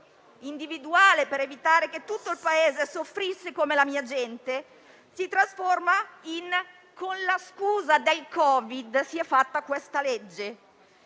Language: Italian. individuale per evitare che tutto il Paese soffrisse come la mia gente, si è tradotto in una frase del tipo: con la scusa del Covid si è fatta questa legge.